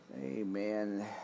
amen